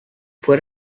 fue